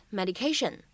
medication